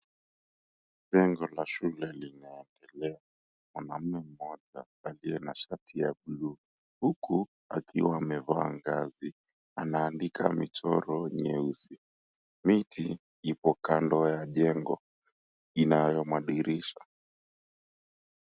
Jengo la shule linaendelea. Mwanaume mmoja aliye na shati ya bluu, huku akiwa amevaa ngazi. Anaandika michoro nyeusi. Miti ipo kando ya jengo, inayo madirisha.